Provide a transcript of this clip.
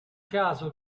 caso